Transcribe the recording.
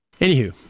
Anywho